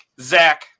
Zach